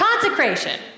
Consecration